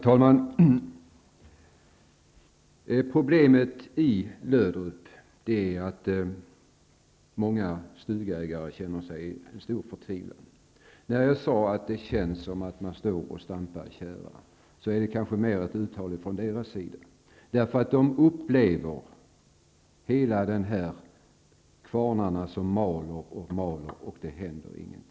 Herr talman! När det gäller Löderup är problemet just den stora förtvivlan som många stugägare känner. Jag sade att det känns som om man står och stampar i tjära. Men det skall snarare uppfattas som ett uttalande från de här människornas sida. De upplever bara hur kvarnarna maler och maler och att ingenting händer.